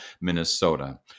Minnesota